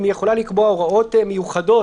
אם היא יכולה לקבוע הוראות מיוחדות,